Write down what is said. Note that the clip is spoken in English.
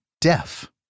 deaf